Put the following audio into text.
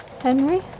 Henry